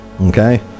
Okay